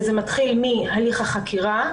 וזה מתחיל מהליך החקירה,